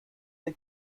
the